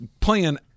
playing